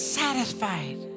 satisfied